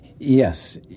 Yes